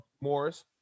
Morris